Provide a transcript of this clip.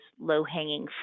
low-hanging